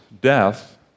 death